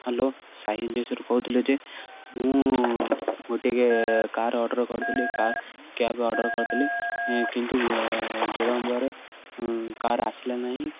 hello Sai ଏଜେନ୍ସିରୁ କହୁଥିଲେ ଯେ ମୁଁ ଗୋଟିକିଆ କାର୍ ଅର୍ଡ଼ର କରିଥିଲି କାର୍ କ୍ୟାବ ଅର୍ଡ଼ର କରିଥିଲି କିନ୍ତୁ ବିଳମ୍ବରେ କାର୍ ଆସିଲା ନାହିଁ